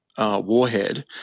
warhead